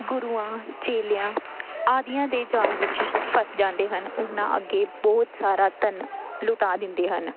ਗੁਰੂਆਂ ਚੇਲਿਆਂ ਆਦੀਆਂ ਦੇ ਜਾਲ ਵਿੱਚ ਫਸ ਜਾਂਦੇ ਹਨ ਉਹਨਾਂ ਅੱਗੇ ਬਹੁਤ ਸਾਰਾ ਧਨ ਲੁਟਾ ਦਿੰਦੇ ਹਨ